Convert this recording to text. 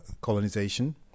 colonization